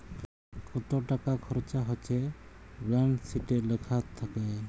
কত টাকা খরচা হচ্যে ব্যালান্স শিটে লেখা থাক্যে